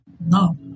No